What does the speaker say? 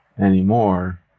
anymore